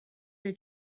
her